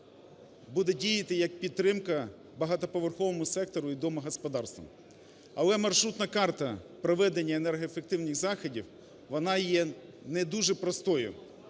буде діяти як підтримка багатоповерховому сектору і домогосподарствам. Але маршрутна карта проведенняенергоефективних заходів вона є не дуже простою.